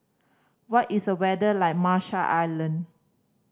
what is the weather like Marshall Island